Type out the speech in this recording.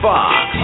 Fox